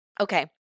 Okay